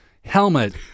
helmet